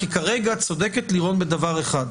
כרגע צודקת לירון בדבר אחד.